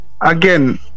again